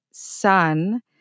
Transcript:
son